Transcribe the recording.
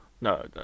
no